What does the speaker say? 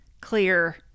clear